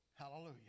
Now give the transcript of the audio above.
Hallelujah